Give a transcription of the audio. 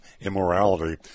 immorality